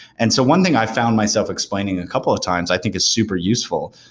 and so one thing i found myself explaining a couple of times i think is super useful,